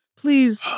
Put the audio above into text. please